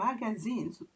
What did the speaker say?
magazines